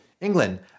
England